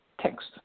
text